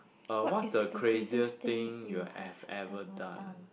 what is the craziest thing you have ever done